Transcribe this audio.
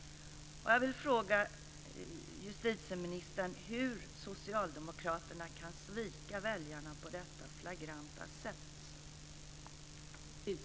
Jag vill fråga justitieministern hur socialdemokraterna kan svika väljarna på detta flagranta sätt.